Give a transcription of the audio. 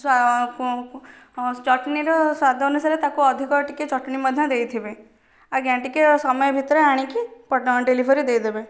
ସ୍ୱା ଚଟନିର ସ୍ୱାଦ ଅନୁସାରେ ତାକୁ ଅଧିକ ଟିକେ ଚଟନି ମଧ୍ୟ ଦେଇଥିବେ ଆଜ୍ଞା ଟିକେ ସମୟ ଭିତରେ ଆଣିକି ଡେଲିଭରି ଦେଇଦେବେ